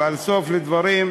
סוף לדברים,